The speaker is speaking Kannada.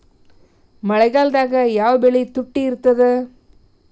ಮಳೆಗಾಲದಾಗ ಯಾವ ಬೆಳಿ ತುಟ್ಟಿ ಇರ್ತದ?